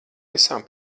visām